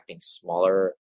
smaller